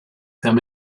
them